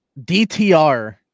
DTR